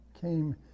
came